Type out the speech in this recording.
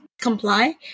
comply